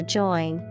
join